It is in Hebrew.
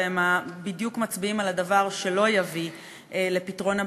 ובדיוק מצביעים על הדבר שלא יביא לפתרון הבעיה,